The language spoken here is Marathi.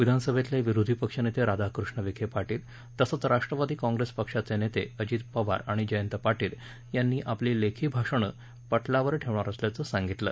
विधानसभेतले विरोधी पक्षनेते राधाकृष्ण विखेपाटील तसंच राष्ट्रवादी काँप्रेस पक्षाचे नेते अजित पवार आणि जयत पाटील यांनी आपली लेखी भाषण पटलावर ठेवणार असल्याचं सांगितलं